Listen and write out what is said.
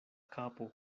kapo